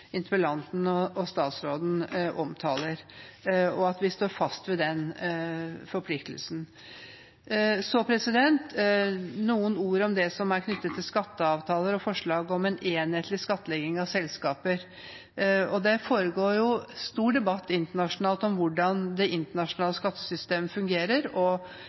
interpellanten og statsråden omtaler, og at vi står fast ved den forpliktelsen. Jeg vil så si noen ord om det som er knyttet til skatteavtaler og forslag om en enhetlig skattlegging av selskaper. Det foregår en stor debatt internasjonalt om hvordan det internasjonale skattesystemet fungerer